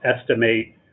estimate